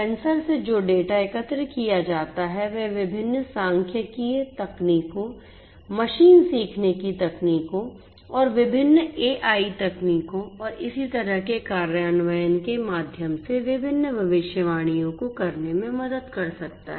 sensor से जो data एकत्र किया जाता है वह विभिन्न सांख्यिकीय तकनीकों मशीन सीखने की तकनीकों और विभिन्न एआई तकनीकों और इसी तरह के कार्यान्वयन के माध्यम से विभिन्न भविष्यवाणियों को करने में मदद कर सकता है